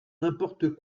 n’importe